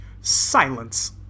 Silence